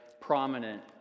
prominent